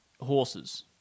horses